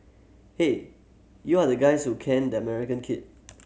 hey you are the guys who caned the American kid